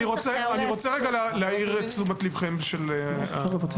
אני רוצה להעיר לתשומת הלב.